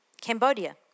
Cambodia